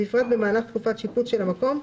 בפרט במהלך תקופת שיפוץ של המקום,